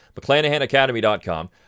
McClanahanAcademy.com